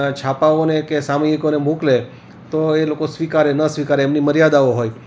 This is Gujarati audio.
છાપાઓને કે સામયિકોને મોકલે તો એ લોકો સ્વીકારે ન સ્વીકારે એમની મર્યાદાઓ હોય